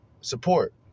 support